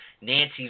Nancy